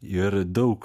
ir daug